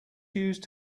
used